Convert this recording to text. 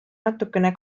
natuke